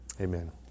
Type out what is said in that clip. Amen